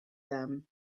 them